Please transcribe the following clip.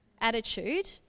attitude